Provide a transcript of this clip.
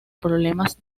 problemas